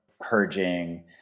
purging